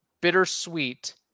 bittersweet